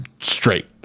straight